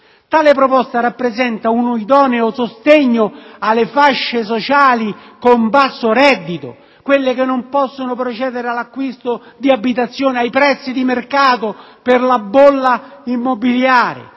Tale proposta rappresenta un idoneo sostegno alle fasce sociali con basso reddito, che non possono procedere all'acquisto di abitazioni ai prezzi di mercato per la bolla immobiliare,